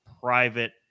private